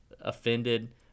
offended